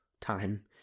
time